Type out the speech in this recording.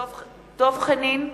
(קוראת בשמות חברי הכנסת) דב חנין,